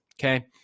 okay